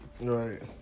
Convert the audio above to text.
Right